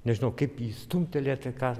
nežinau kaip jį stumtelėti ką